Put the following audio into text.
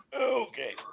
Okay